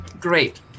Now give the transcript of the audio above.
Great